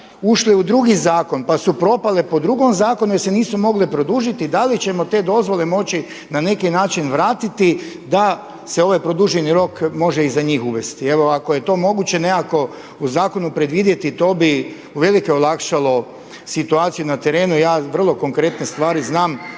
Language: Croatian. ušle u drugi zakon, pa su propale po drugom zakonu jer se nisu mogle produžit, da li ćemo te dozvole moći na neki način vratiti da se ovaj produženi rok može i za njih uvesti. Evo ako je to moguće nekako u zakonu predvidjeti, to bi uvelike olakšalo situaciju na terenu. I ja vrlo konkretne znam,